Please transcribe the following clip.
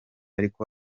ariko